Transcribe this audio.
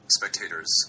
spectators